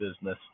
business